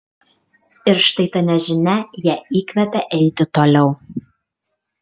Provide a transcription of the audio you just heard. ir štai ta nežinia ją įkvepia eiti toliau